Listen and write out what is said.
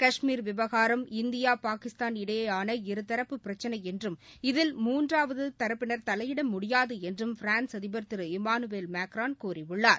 கஷ்மீர் விவகாரம் இந்தியா பாகிஸ்தான் இடையேயான இருதரப்பு பிரச்சினைஎன்றும் இதில் மூன்றாவதுதரப்பினா் தலையிடமுடியாதுஎன்றும் பிரான்ஸ் அதிபா் திரு இமானுவேல் மேக்ரோன் கூறியுள்ளார்